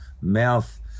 mouth